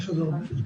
בבקשה.